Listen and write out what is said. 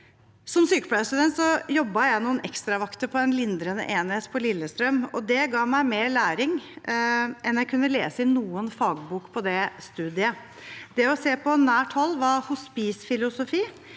Som sykepleierstudent jobbet jeg noen ekstravakter på en lindrende enhet på Lillestrøm, og det ga meg mer læring enn jeg kunne lese i noen fagbok på det studiet. Det å se på nært hold hva hospicefilosofi